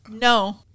no